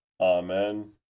Amen